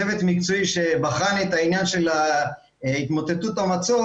צוות מקצועי שבחן את העניין של התמוטטות המצוק